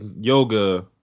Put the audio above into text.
yoga